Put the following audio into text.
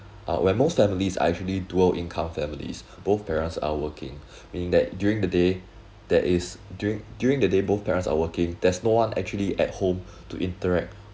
uh where most families are usually dual income families both parents are working meaning that during the day that is during during the day both parents are working there's no one actually at home to interact